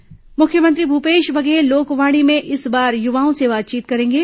लोकवाणी मुख्यमंत्री भूपेश बघेल लोकवाणी में इस बार युवाओं से बातचीत करेंगे